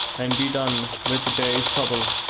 and be done with the day's trouble.